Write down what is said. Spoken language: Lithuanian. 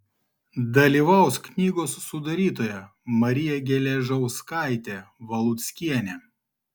dalyvaus knygos sudarytoja marija geležauskaitė valuckienė